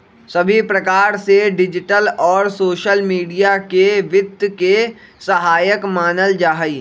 सभी प्रकार से डिजिटल और सोसल मीडिया के वित्त के सहायक मानल जाहई